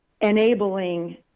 enabling